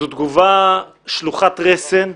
זו תגובה שלוחת רסן,